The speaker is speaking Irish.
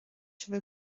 sibh